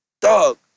dog